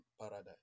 paradise